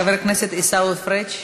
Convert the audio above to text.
חבר הכנסת עיסאווי פריג'